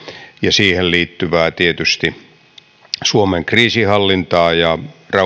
siihen liittyvää suomen kriisinhallintaa ja